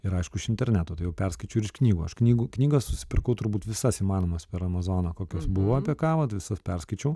ir aišku iš interneto tai jau perskaičiau ir iš knygų aš knygų knygas susipirkau turbūt visas įmanomas per amazoną kokios buvo apie kavą visas perskaičiau